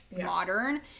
modern